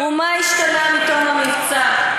ומה השתנה מתום המבצע?